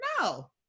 No